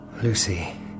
Lucy